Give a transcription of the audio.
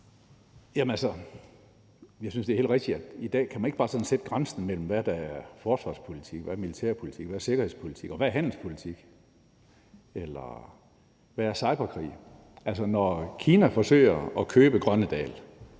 Hønge (SF): Jeg synes, det er helt rigtigt, at man i dag ikke bare kan sætte grænsen mellem, hvad der er forsvarspolitik, hvad der er militærpolitik, hvad der er sikkerhedspolitik, og hvad der er handelspolitik – eller hvad der er cyberkrig. Altså, når Kina forsøger at købe Grønnedal,